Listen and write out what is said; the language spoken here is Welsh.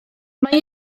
mae